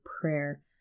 prayer